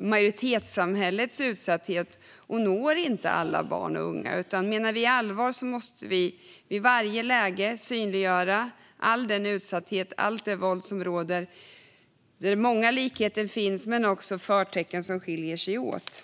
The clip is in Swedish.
majoritetssamhällets utsatthet och når inte alla barn och unga. Om vi menar allvar måste vi i varje läge synliggöra all den utsatthet och allt det våld som råder. Där finns många likheter men också förtecken som skiljer sig åt.